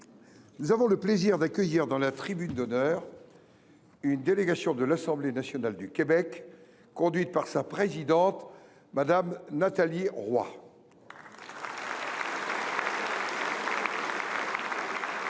nous avons le plaisir d’accueillir dans notre tribune d’honneur une délégation de l’Assemblée nationale du Québec, conduite par sa présidente Mme Nathalie Roy.